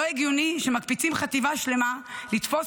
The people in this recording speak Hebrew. לא הגיוני שמקפיצים חטיבה שלמה לתפוס